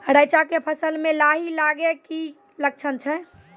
रैचा के फसल मे लाही लगे के की लक्छण छै?